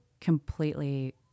completely